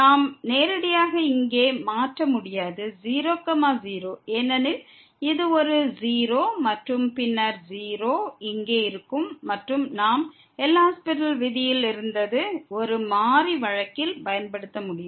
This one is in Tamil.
நாம் நேரடியாக இங்கே மாற்ற முடியாது 0 0 ஏனெனில் இது ஒரு 0 மற்றும் பின்னர் 0 இங்கே இருக்கும் மற்றும் நாம் எல் ஹாஸ்பிடல் விதியில் இருந்தது ஒரு மாறி வழக்கில் பயன்படுத்த முடியும்